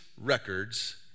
records